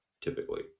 typically